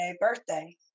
birthday